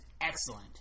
excellent